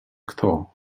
kto